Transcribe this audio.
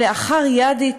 כלאחר-ידית,